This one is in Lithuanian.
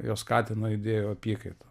jos skatina idėjų apykaitą